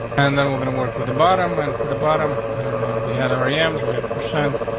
and then we're gonna work with the bottom and for the bottom. i don't know. and we had ari ems. we had percent.